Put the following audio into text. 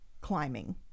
climbing